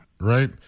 right